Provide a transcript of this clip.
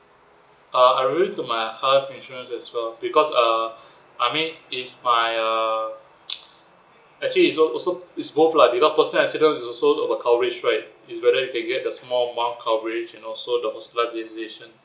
uh I referring to my health insurance as well because uh I mean it's my err actually is so also it's both lah because personal accident is also about coverage right it's whether you can get the small amount coverage and also the hospitalisation